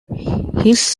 his